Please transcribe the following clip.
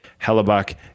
Hellebuck